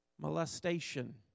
molestation